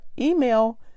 email